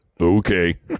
Okay